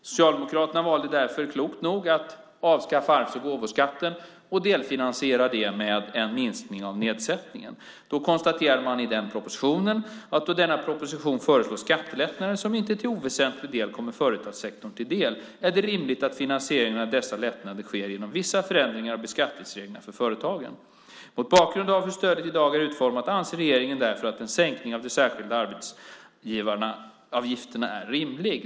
Socialdemokraterna valde därför klokt nog att avskaffa arvs och gåvoskatten och delfinansiera det med en minskning av nedsättningen. Man konstaterar i propositionen: "Då det i denna proposition föreslås skattelättnader som inte till oväsentlig del kommer företagssektorn till del, är det rimligt att finansieringen av dessa lättnader sker genom vissa förändringar av beskattningsreglerna för företag. Mot bakgrund av hur stödet i dag är utformat anser regeringen därför att en sänkning av det särskilda avdraget för arbetsgivaravgifterna är rimlig."